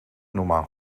normaal